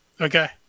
Okay